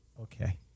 Okay